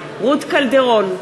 בעד רות קלדרון,